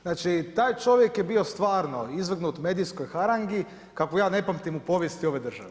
Znači, taj čovjek je bio stvarno izvrgnut medijskoj harangi kakvu ja ne pamtim u povijesti ove države.